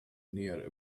near